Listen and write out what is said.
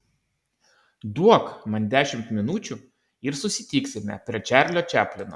duok man dešimt minučių ir susitiksime prie čarlio čaplino